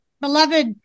beloved